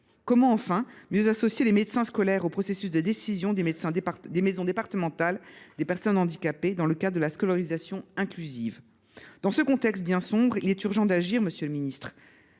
Comment, enfin, mieux associer les médecins scolaires au processus de décision des maisons départementales des personnes handicapées (MDPH) dans le cadre de la scolarisation inclusive ? Dans ce contexte bien sombre, il est urgent d’agir. Aussi, monsieur le ministre,